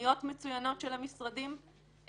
ותוכניות מצוינות של המשרדים,